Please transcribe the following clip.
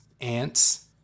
ants